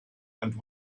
and